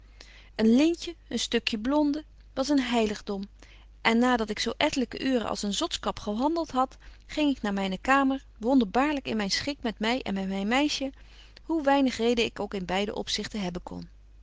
een lintje een stukje blonde was een heiligdom en na dat ik zo ettelyke uuren als een zotskap gehandelt had ging ik naar myne kamer wonderbaarlyk in myn schik met my en met myn meisje hoe weinig reden ik ook in beiden opzichte hebben kon